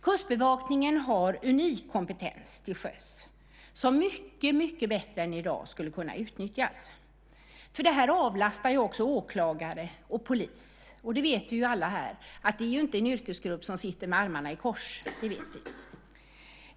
Kustbevakningen har en unik kompetens till sjöss som skulle kunna utnyttjas mycket bättre än i dag. Det avlastar också åklagare och polis, och vi vet alla att det inte är yrkesgrupper som sitter med armarna i kors.